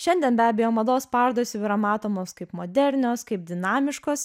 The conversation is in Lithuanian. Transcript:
šiandien be abejo mados parodos jau yra matomos kaip modernios kaip dinamiškos